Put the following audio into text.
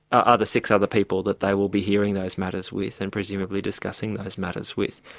are the six other people that they will be hearing those matters with, and presumably discussing those matters with.